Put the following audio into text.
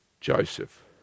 Joseph